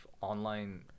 online